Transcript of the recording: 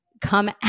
come